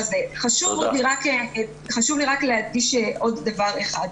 חשוב לי רק להדגיש עוד דבר אחד.